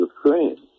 Ukraine